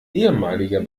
ehemaliger